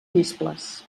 nesples